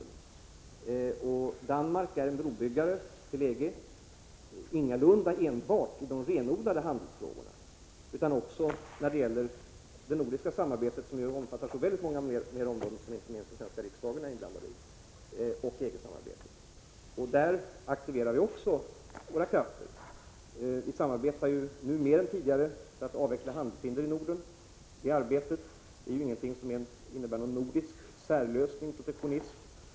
Danmark är i detta sammanhang en brobyggare till EG, ingalunda enbart i de renodlade handelsfrågorna utan också när det gäller det nordiska samarbetet, som ju omfattar många fler områden, vilka inte minst den svenska riksdagen är inblandad i, och EG-samarbetet. Där aktiverar vi också våra krafter. Vi samarbetar nu mer än tidigare för att avveckla handelshinder i Norden. Detta arbete innebär inte någon nordisk särlösning, protektionism.